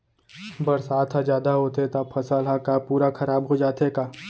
बरसात ह जादा होथे त फसल ह का पूरा खराब हो जाथे का?